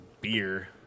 beer